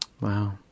wow